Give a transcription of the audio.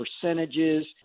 percentages